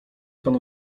pan